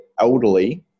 elderly